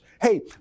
Hey